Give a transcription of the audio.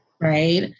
Right